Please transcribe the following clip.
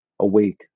Awake